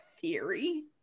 theory